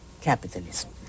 capitalism